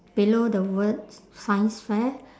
below the words science fair